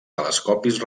telescopis